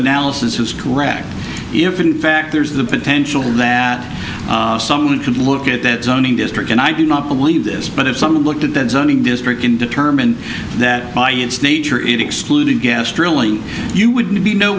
analysis is correct if in fact there's the potential that someone could look at that zoning district and i do not believe this but if someone looked at that zoning district can determine that by its nature it excluding gas drilling you would be no